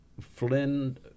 Flynn